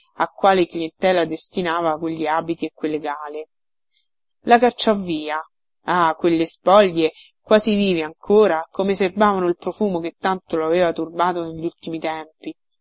a quale clientela destinava quegli abiti e quelle gale la cacciò via ah quelle spoglie quasi vive ancora come serbavano il profumo che tanto lo aveva turbato negli ultimi tempi